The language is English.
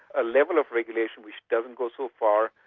a level of regulation which doesn't go so far,